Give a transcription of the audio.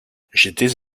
j’étais